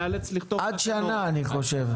עד שנה, אני חושב.